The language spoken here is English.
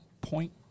Point